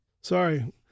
sorry